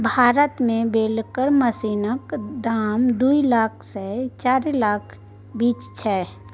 भारत मे बेलर मशीनक दाम दु लाख सँ चारि लाखक बीच छै